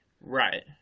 Right